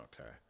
Okay